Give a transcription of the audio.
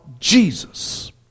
Jesus